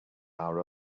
our